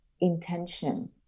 intention